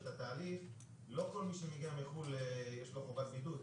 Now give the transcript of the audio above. את התהליך: לא כל מי שמגיע מחו"ל יש לו חובת בידוד,